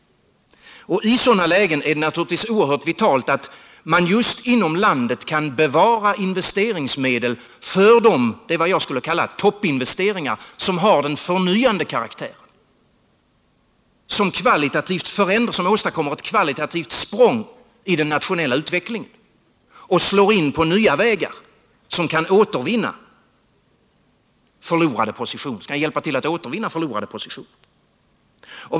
Då är det naturligtvis oerhört vitalt att man just inom landet kan bevara investeringsmedel för det jag skulle vilja kalla toppinvesteringar som har den förnyande karaktären, som åstadkommer ett kvalitativt språng i den nationella utvecklingen och slår in på nya vägar som kan hjälpa till att återvinna förlorade positioner.